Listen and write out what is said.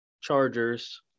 Chargers